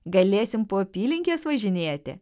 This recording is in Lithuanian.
galėsim po apylinkes važinėti